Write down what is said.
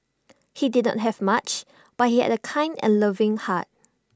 he did not have much but he had A kind and loving heart